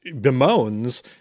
bemoans